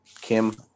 Kim